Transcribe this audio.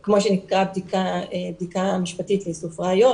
מה שנקרא בדיקה משפטית לאיסוף ראיות,